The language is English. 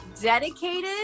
Dedicated